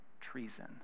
treason